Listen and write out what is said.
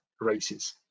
races